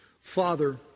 Father